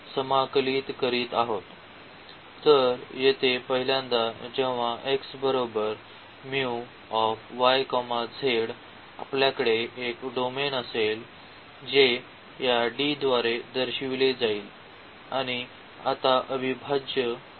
तर येथे पहिल्यांदा जेव्हा x μ y z आपल्याकडे एक डोमेन असेल जे या D द्वारे दर्शविले जाईल आणि आता अविभाज्य होईल